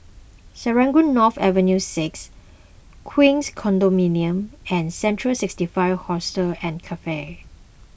Serangoon North Avenue six Queens Condominium and Central sixty five Hostel and Cafe